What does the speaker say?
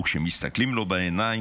וכשמסתכלים לו בעיניים,